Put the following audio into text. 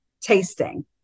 tasting